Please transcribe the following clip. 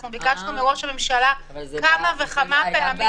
אנחנו ביקשנו מראש הממשלה כמה וכמה פעמים.